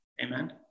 Amen